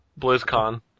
BlizzCon